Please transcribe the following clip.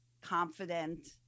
confident